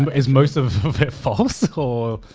is most of it false or?